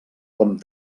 com